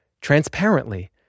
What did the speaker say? transparently